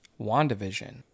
WandaVision